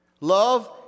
Love